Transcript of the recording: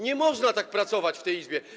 Nie można tak pracować w tej Izbie.